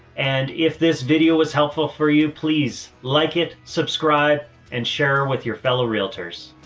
and if this video was helpful for you, please like it, subscribe and share with your fellow realtors.